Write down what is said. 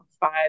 five